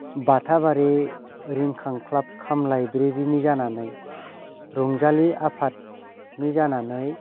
बाथाबारि रिंखां ख्लाब खामलाइब्रेरिनि जानानै रंजालि आफादनि जानानै